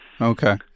Okay